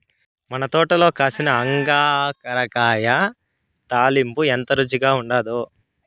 మన తోటల కాసిన అంగాకర కాయ తాలింపు ఎంత రుచిగా ఉండాదో